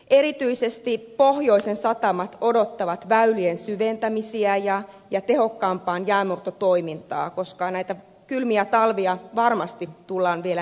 erityisesti pohjoisen satamat odottavat väylien syventämisiä ja tehokkaampaa jäänmurtotoimintaa koska näitä kylmiä talvia varmasti tullaan vielä näkemään